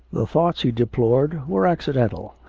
the thoughts he deplored were accidental.